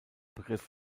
begriff